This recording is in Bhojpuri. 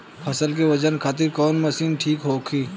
फसल के वजन खातिर कवन मशीन ठीक होखि?